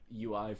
UI